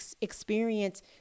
experience